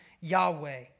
Yahweh